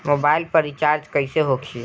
Mobile पर recharge कैसे होखी?